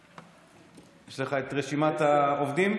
יש לך את רשימת העובדים?